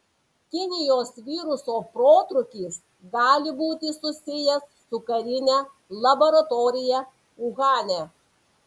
kinijos viruso protrūkis gali būti susijęs su karine laboratorija uhane